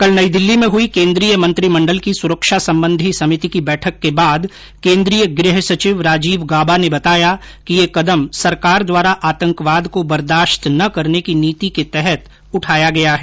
कल नई दिल्ली में हई केंद्रीय मंत्रिमंडल की सुरक्षा संबंधी समिति की बैठक के बाद केंद्रीय गृह सचिव राजीव गाबा ने बताया कि यह कदम सरकार द्वारा आतंकवाद को बर्दाश्त न करने की नीति के तहत उठाया गया है